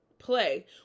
play